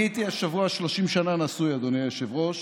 אני הייתי השבוע 30 שנה נשוי, אדוני היושב-ראש.